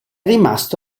rimasto